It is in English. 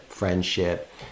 friendship